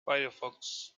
firefox